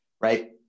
right